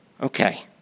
Okay